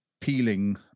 peeling